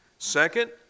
Second